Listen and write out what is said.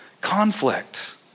conflict